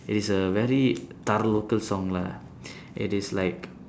it's a very தர:thara local song lah it is like